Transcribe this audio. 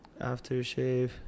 aftershave